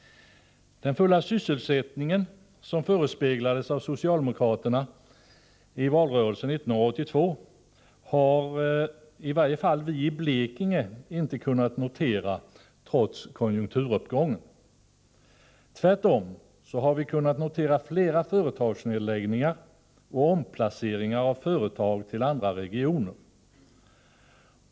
Den fulla sysselsättning som förespeglades av socialdemokraterna i valrörelsen 1982 har i varje fall vi i Blekinge inte kunnat notera, trots konjunkturuppgången. Tvärtom har vi kunnat notera flera företagsnedläggningar och omplaceringar av företag till andra regioner.